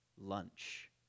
lunch